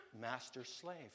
master-slave